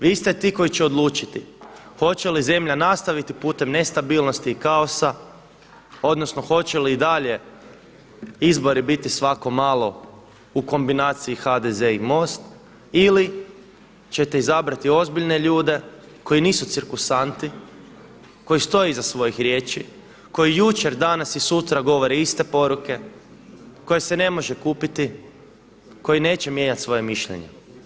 Vi ste ti koji će odlučiti hoće li zemlja nastaviti putem nestabilnosti i kaosa, odnosno hoće li i dalje izbori biti svako malo u kombinaciji HDZ i MOST ili ćete izabrati ozbiljne ljude koji nisu cirkusanti, koji stoje iza svojih riječi, koji jučer, danas i sutra govore iste poruke, koje se ne može kupiti, koji neće mijenjat svoja mišljenja.